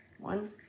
One